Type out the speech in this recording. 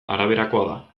araberakoa